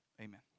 Amen